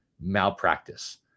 malpractice